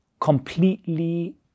completely